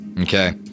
Okay